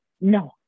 no